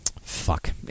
Fuck